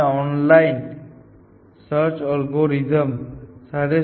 IDA સાથે બીજી સમસ્યા એ છે કે તમે કહી શકો છો કે એક રીતે આપણા મન ની વાત ને પુરી કરી શકાતું નથી